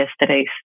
yesterday's